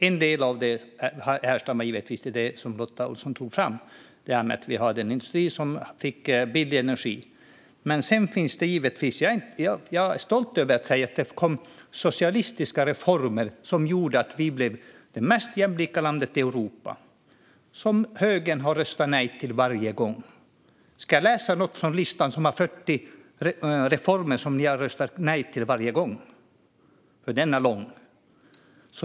En del av det har att göra med det som Lotta Olsson pekade på, alltså att vi hade en industri som fick billig energi. Men jag är också stolt över att säga att det kom socialistiska reformer som gjorde att vi blev det jämlikaste landet i Europa. Men högern röstade nej till dem varje gång. Ska jag läsa något från listan? Det är 40 reformer som ni röstade nej till. Listan är lång.